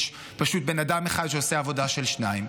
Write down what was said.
יש פשוט בן אדם אחד שעושה עבודה של שניים,